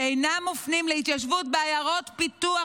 שאינם מופנים להתיישבות בעיירות פיתוח